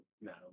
no